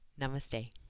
Namaste